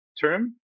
term